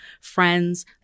friends